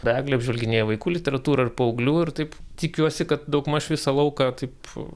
be abejo apžvalginėja vaikų literatūrą ir paauglių ir taip tikiuosi kad daugmaž visą lauką taip